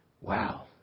wow